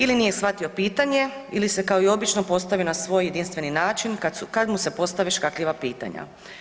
Ili nije shvatio pitanje ili se kao i obično postavio na svoj jedinstveni način kad mu se postave škakljiva pitanja.